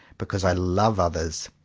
because i love others,